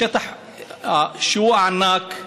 שטח ענק,